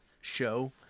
Show